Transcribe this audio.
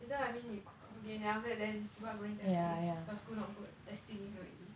later I mean you cock up again then after that then people ging just say your school not good just